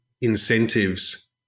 incentives